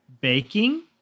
baking